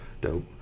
Dope